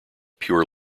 pure